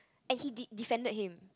and he he defended him